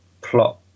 plot